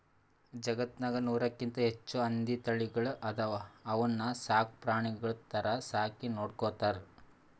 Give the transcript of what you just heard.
ಜಗತ್ತ್ನಾಗ್ ನೂರಕ್ಕಿಂತ್ ಹೆಚ್ಚ್ ಹಂದಿ ತಳಿಗಳ್ ಅದಾವ ಅವನ್ನ ಸಾಕ್ ಪ್ರಾಣಿಗಳ್ ಥರಾ ಸಾಕಿ ನೋಡ್ಕೊತಾರ್